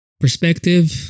perspective